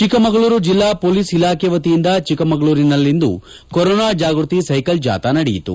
ಚಿಕ್ಕಮಗಳೂರು ಜೆಲ್ಲಾ ಹೊಲೀಸ್ ಇಲಾಖೆ ವತಿಯಿಂದ ಚಿಕ್ಕಮಗಳೂರಿನಲ್ಲಿಂದು ಕೊರೋನಾ ಜಾಗೃತಿ ಸೈಕಲ್ ಜಾಥಾ ನಡೆಯಿತು